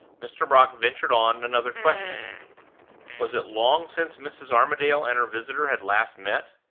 mr. brock ventured on another question was it long since mrs. armadale and her visitor had last met?